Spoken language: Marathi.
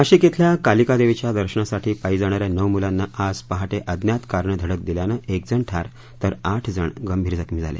नाशिक धिल्या कालिका देवीच्या दर्शनासाठी पायी जाणाऱ्या नऊ मुलांना आज पहाटे अज्ञात कारनं धडक दिल्यानं एकजण ठार तर आठजण गंभीर जखमी झाले